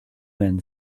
men